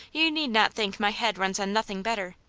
you need not think my head runs on nothing better.